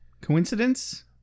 Coincidence